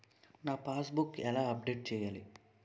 నా passbook ఎలా update చేయాలి?